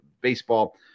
Baseball